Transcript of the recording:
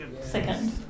Second